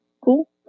cool